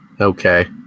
okay